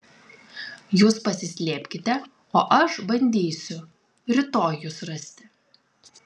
jūs pasislėpkite o aš bandysiu rytoj jus rasti